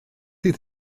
fydd